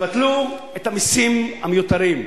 תבטלו את המסים המיותרים.